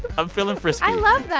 i'm feeling frisky i love that